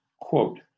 quote